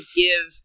give